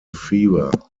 fever